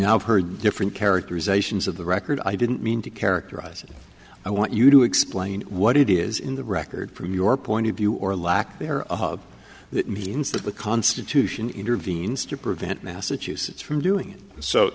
now heard different characterizations of the record i didn't mean to characterize it i want you to explain what it is in the record from your point of view or lack there that means that the constitution intervenes to prevent massachusetts from doing so